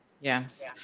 yes